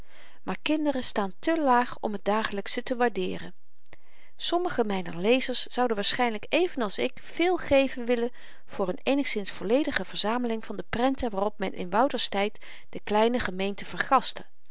maar kinderen staan te laag om t dagelyksche te waardeeren sommigen myner lezers zouden waarschynlyk even als ik veel geven willen voor n eenigszins volledige verzameling van de prenten waarop men in wouter's tyd de kleine gemeente